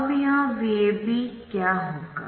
अब यह VAB क्या होगा